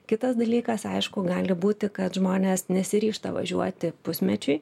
kitas dalykas aišku gali būti kad žmonės nesiryžta važiuoti pusmečiui